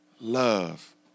Love